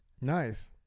Nice